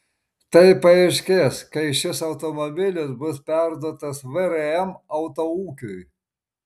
tai paaiškės kai šis automobilis bus perduotas vrm autoūkiui